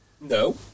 No